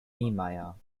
niemeyer